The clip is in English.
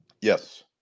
Yes